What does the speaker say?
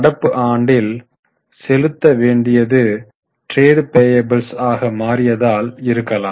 நடப்பு ஆண்டில் செலுத்த வேண்டியது டிரெடு பேயபுள்ஸ் ஆக மாறியதால் இருக்கலாம்